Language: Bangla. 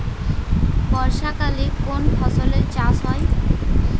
বর্ষাকালে কোন ফসলের চাষ হয়?